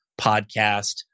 podcast